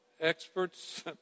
experts